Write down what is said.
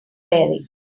wearing